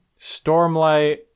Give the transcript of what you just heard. stormlight